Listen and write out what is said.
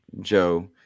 Joe